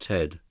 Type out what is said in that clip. Ted